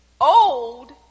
Old